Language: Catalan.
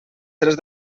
tres